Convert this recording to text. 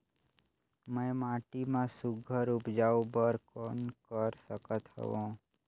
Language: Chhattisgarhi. मैं माटी मा सुघ्घर उपजाऊ बर कौन कर सकत हवो?